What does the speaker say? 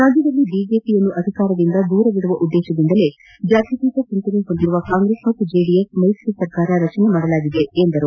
ರಾಜ್ಯದಲ್ಲಿ ಬಿಜೆಪಿಯನ್ನು ಅಧಿಕಾರದಿಂದ ದೂರವಿಡುವ ಉದ್ದೇಶದಿಂದಲೇ ಜಾತ್ಯತೀತ ಚಿಂತನೆ ಹೊಂದಿರುವ ಕಾಂಗ್ರೆಸ್ ಜೆಡಿಎಸ್ ಮೈತ್ರಿ ಸರ್ಕಾರ ರಚಿಸಲಾಗಿದೆ ಎಂದರು